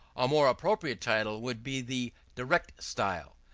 a more appropriate title would be the direct style,